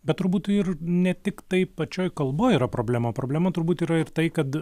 bet turbūt ir ne tiktai pačioj kalboj yra problema problema turbūt yra ir tai kad